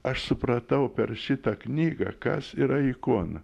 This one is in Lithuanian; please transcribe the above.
aš supratau per šitą knygą kas yra ikona